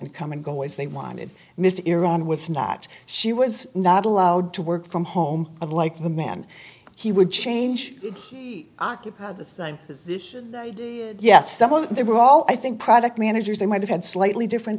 and come and go as they wanted mr iran was not she was not allowed to work from home and like the man he would change he occupied the sign position yet some of the they were all i think product managers they might have had slightly different